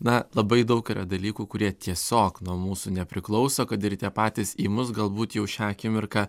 na labai daug yra dalykų kurie tiesiog nuo mūsų nepriklauso kad ir tie patys į mus galbūt jau šią akimirką